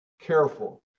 careful